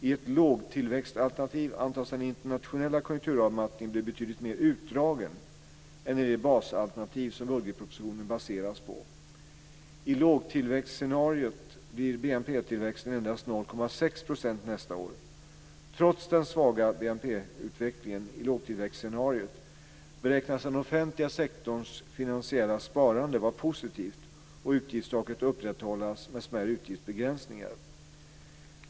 I ett lågtillväxtalternativ antas den internationella konjunkturavmattningen bli betydligt mer utdragen än i det basalternativ som budgetpropositionen baseras på. I lågtillväxtscenariot blir BNP-tillväxten endast 0,6 % nästa år. Trots den svaga BNP-utvecklingen i lågtillväxtscenariot beräknas den offentliga sektorns finansiella sparande vara positivt och utgiftstaket upprätthållas med smärre utgiftsbegränsningar.